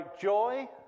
joy